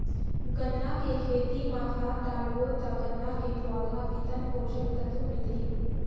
गन्ना के खेती मां खाद डालबो ता गन्ना के पौधा कितन पोषक तत्व मिलही?